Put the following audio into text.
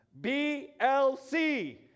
BLC